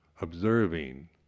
observing